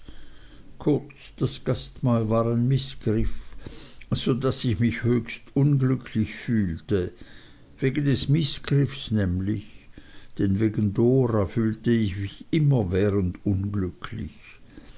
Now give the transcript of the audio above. kurz das gastmahl war ein mißgriff so daß ich mich höchst unglücklich fühlte wegen des mißgriffs nämlich denn wegen dora fühlte ich mich immerwährend unglücklich